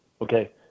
okay